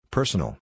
Personal